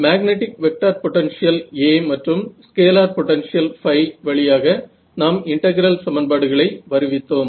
magnetic vector potential A மற்றும் scalar potential வழியாக நாம் இன்டெகிரல் சமன்பாடுகளை வருவித்தோம்